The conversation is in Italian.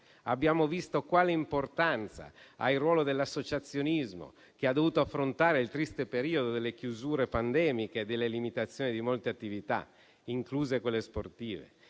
Abbiamo visto quale importanza ha il ruolo dell'associazionismo, che ha dovuto affrontare il triste periodo delle chiusure pandemiche e delle limitazioni di molte attività, incluse quelle sportive.